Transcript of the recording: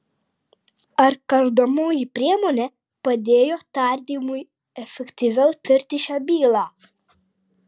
ar kardomoji priemonė padėjo tardymui efektyviau tirti šią bylą